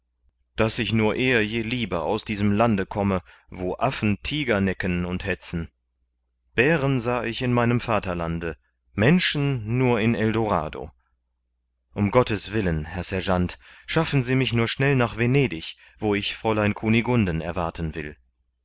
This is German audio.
daß ich nur eher je lieber aus diesem lande komme wo affen tiger necken und hetzen bären sah ich in meinem vaterlande menschen nur in eldorado um gottes willen herr sergeant schaffen sie mich nur schnell nach venedig wo ich fräulein kunigunden erwarten will